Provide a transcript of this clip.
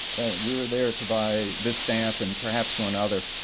we were there to buy this stamp and perhaps one other.